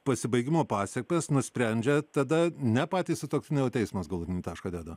pasibaigimo pasekmes nusprendžia tada ne patys sutuoktiniai o teismas galutinį tašką deda